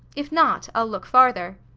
if not, i'll look farther.